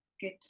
good